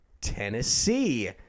Tennessee